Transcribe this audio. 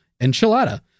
enchilada